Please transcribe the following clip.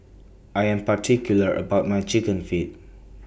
I Am particular about My Chicken Feet